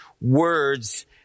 words